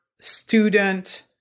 student